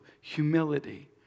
humility